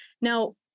Now